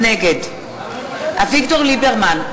נגד אביגדור ליברמן,